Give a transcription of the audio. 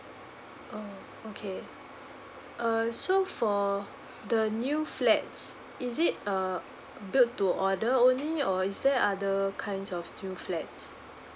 oh okay err so for the new flats is it uh build to order only or is there other kinds of new flats